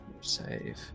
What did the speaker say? save